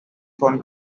shown